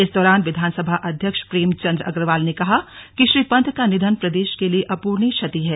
इस दौरान विधानसभा अध्यक्ष प्रेम चंद अग्रवाल ने कहा है कि श्री पंत का निधन प्रदेश के लिए अप्रणीय क्षति है